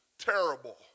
Terrible